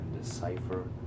decipher